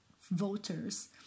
voters